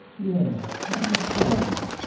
yes, i recall that.